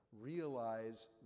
Realize